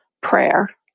prayer